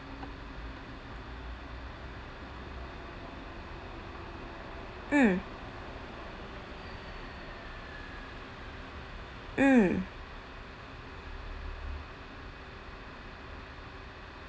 mm mm